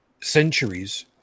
Centuries